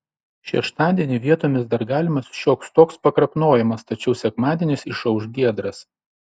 šeštadienį vietomis dar galimas šioks toks pakrapnojimas tačiau sekmadienis išauš giedras